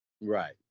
Right